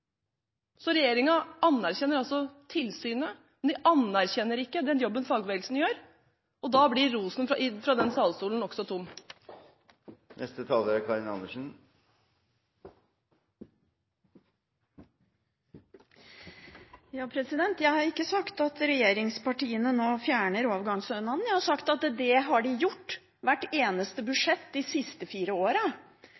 Så regjeringen anerkjenner altså tilsynet, men de anerkjenner ikke den jobben fagbevegelsen gjør. Da blir rosen fra denne talerstolen nokså tom. Jeg har ikke sagt at regjeringspartiene nå fjerner overgangsstønaden. Jeg har sagt at det har de gjort i hvert eneste